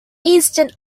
eastern